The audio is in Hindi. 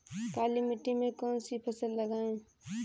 काली मिट्टी में कौन सी फसल लगाएँ?